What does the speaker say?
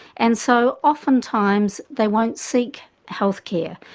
and so often times they won't seek healthcare,